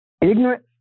Ignorant